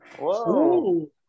Whoa